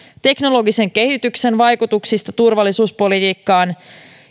teknologisen kehityksen vaikutuksista turvallisuuspolitiikkaan